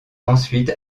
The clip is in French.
ensuite